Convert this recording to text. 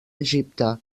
egipte